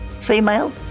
female